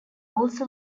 also